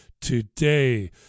today